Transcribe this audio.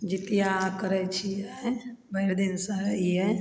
जीतिया करय छियै भरि दिन सहय हियै